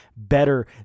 better